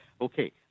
okay